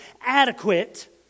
adequate